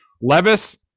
Levis